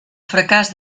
fracàs